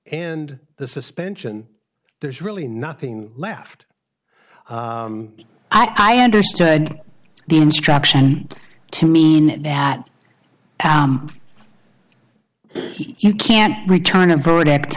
and the suspension there's really nothing left i understand the instruction to mean that you can't return a verdict